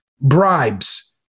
bribes